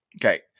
Okay